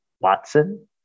Watson